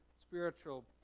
spiritual